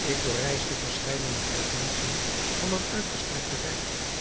ik doorreisde verscheidene provinciën van dat uitgestrekte rijk